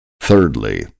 Thirdly